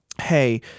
Hey